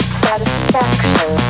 satisfaction